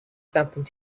something